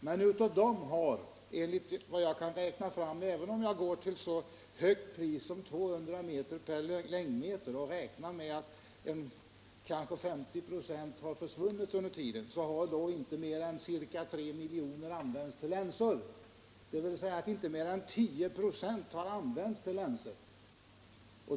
Men av dem har såvitt jag kunnat räkna fram — även om jag utgår från ett så högt pris som 200 kr. per längdmeter och räknar med att kanske 50 96 har försvunnit under tiden — inte mer än ca 3 milj.kr. använts till länsor. Inte mer än 10 26 har alltså använts till inköp av länsor.